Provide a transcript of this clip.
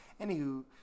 anywho